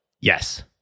yes